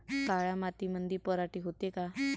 काळ्या मातीमंदी पराटी होते का?